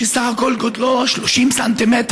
שסך הכול גודלו 30 ס"מ,